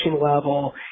level